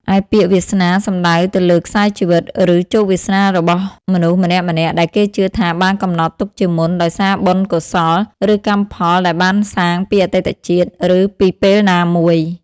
ឯពាក្យ វាសនា សំដៅទៅលើខ្សែជីវិត ឬជោគវាសនារបស់មនុស្សម្នាក់ៗ ដែលគេជឿថាបានកំណត់ទុកជាមុន ដោយសារបុណ្យកុសល ឬកម្មផលដែលបានសាងពីអតីតជាតិ ឬពីពេលណាមួយ។